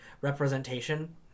representation